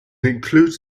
includes